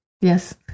Yes